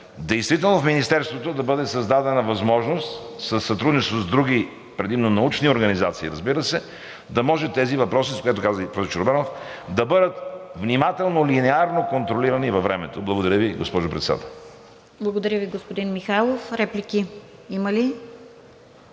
действително в Министерството да бъде създадена възможност, със сътрудничеството с други предимно научни организации, разбира се, да може тези въпроси, което каза и професор Чорбанов, да бъдат внимателно, линеарно контролирани във времето. Благодаря Ви, госпожо Председател. ПРЕДСЕДАТЕЛ РОСИЦА КИРОВА: Благодаря Ви, господин Михайлов. Реплики има ли?